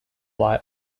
lie